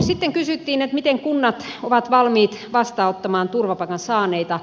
sitten kysyttiin miten kunnat ovat valmiit vastaanottamaan turvapaikan saaneita